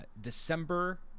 December